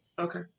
Okay